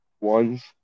ones